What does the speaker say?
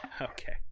okay